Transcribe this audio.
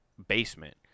basement